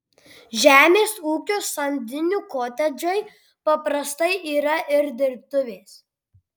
žemės ūkio samdinių kotedžai paprastai yra ir dirbtuvės